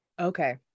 Okay